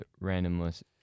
randomness